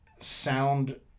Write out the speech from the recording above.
sound